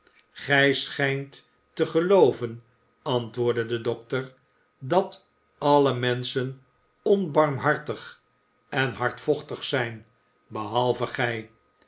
gij schijnt te gelooven antwoordde de dokter dat alle menschen onbarmhartig en hardvochtig zijn behalve gij